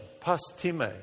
Pastime